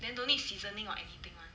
then don't need seasoning or anything [one]